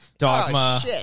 Dogma